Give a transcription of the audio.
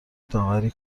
داوری